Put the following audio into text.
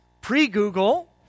pre-Google